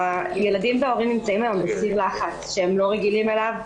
הילדים וההורים נמצאים היום בסיר לחץ שהם לא רגילים אליו,